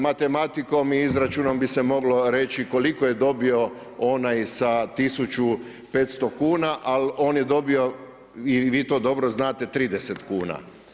Matematikom i izračunom bi se moglo reći koliko je dobio onaj sa 1500 kuna, ali on je dobio i vi to dobro znate 30 kuna.